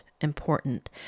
important